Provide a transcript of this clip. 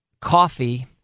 coffee